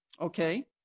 Okay